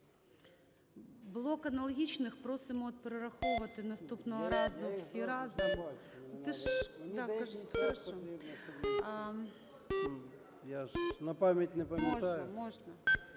Блок аналогічних просимо перераховувати наступного разу